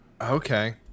Okay